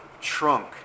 trunk